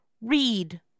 Read